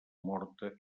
morta